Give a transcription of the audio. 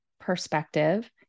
perspective